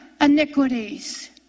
iniquities